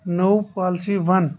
نوٚو پالسی ون